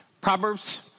Proverbs